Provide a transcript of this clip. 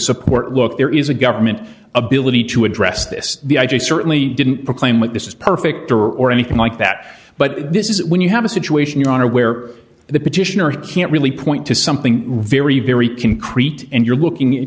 support look there is a government ability to address this the i g certainly didn't proclaim that this is perfect or or anything like that but this is when you have a situation your honor where the petitioner can't really point to something very very concrete and you're looking at